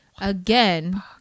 again